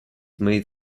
made